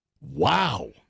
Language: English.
Wow